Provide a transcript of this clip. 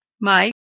Mike